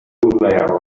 there